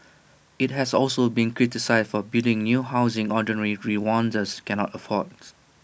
IT has also been criticised for building new housing ordinary Rwandans cannot afford